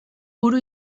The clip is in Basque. buru